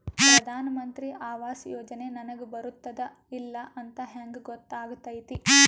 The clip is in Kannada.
ಪ್ರಧಾನ ಮಂತ್ರಿ ಆವಾಸ್ ಯೋಜನೆ ನನಗ ಬರುತ್ತದ ಇಲ್ಲ ಅಂತ ಹೆಂಗ್ ಗೊತ್ತಾಗತೈತಿ?